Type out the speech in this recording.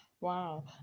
wow